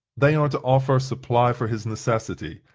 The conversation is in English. they are to offer supply for his necessity,